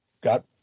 got